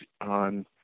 on